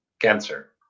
cancer